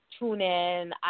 TuneIn